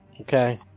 Okay